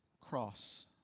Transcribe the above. cross